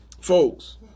folks